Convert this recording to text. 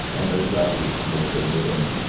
and those glasses look so good on you.